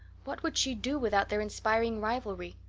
what would she do without their inspiring rivalry?